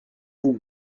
vous